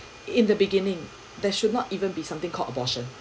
in the beginning there should not even be something called abortion